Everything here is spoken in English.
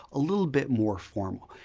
a little bit more formal.